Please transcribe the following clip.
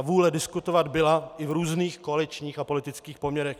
Vůle diskutovat byla i v různých koaličních a politických poměrech.